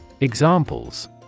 Examples